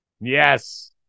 Yes